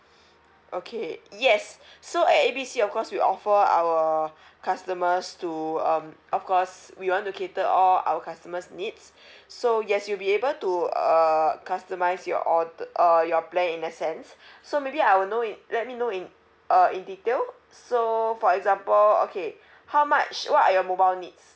okay yes so at A B C of course we offer our customers to um of course we want to cater all our customers' needs so yes you'll be able to uh customise your order uh your plan in a sense so maybe I will know in let me know in uh in detail so for example okay how much what are your mobile needs